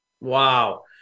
Wow